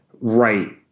right